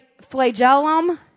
flagellum